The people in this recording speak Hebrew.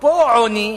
אפרופו עוני,